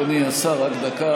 רגע, רגע, אדוני השר, רק דקה.